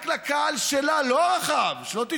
רק לקהל שלה, לא הרחב, שלא תטעה,